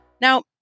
Now